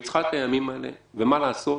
היא צריכה את הימים האלה ומה לעשות,